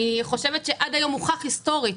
אני חושבת שעד היום הוכח היסטורית